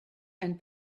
and